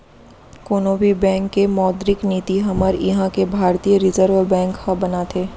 कोनो भी बेंक के मौद्रिक नीति हमर इहाँ के भारतीय रिर्जव बेंक ह बनाथे